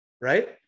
right